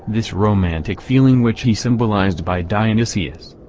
this romantic feeling which he symbolized by dionysius.